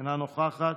אינה נוכחת,